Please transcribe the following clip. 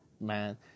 man